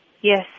yes